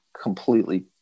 completely